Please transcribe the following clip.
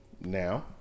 now